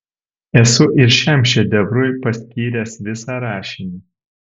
esu ir šiam šedevrui paskyręs visą rašinį